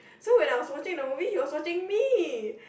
so when I was watching the movie he was watching me